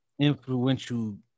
influential